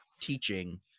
teaching